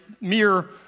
Mere